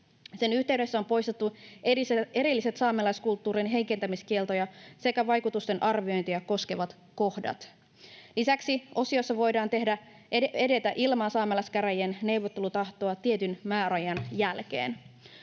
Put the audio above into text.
Sen yhteydestä on poistettu erilliset saamelaiskulttuurin heikentämiskieltoja sekä vaikutusten arviointia koskevat kohdat. Lisäksi osiossa voidaan edetä ilman saamelaiskäräjien neuvottelutahtoa tietyn määräajan jälkeen.